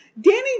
Danny